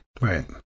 Right